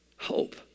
Hope